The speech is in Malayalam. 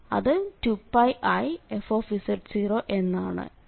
അത് 2πif എന്നാണ്